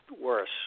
worse